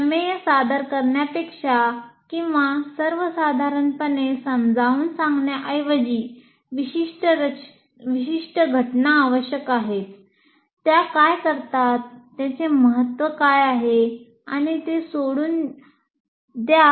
प्रमेय सादर करण्यापेक्षा किंवा सर्वसाधारणपणे समजावून सांगण्याऐवजी विशिष्ट घटना आवश्यक आहेत त्या काय करतात त्याचे महत्त्व काय आहे आणि ते सोडून द्या